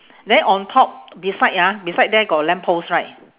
then on top beside ah beside there got a lamp post right